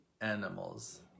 animals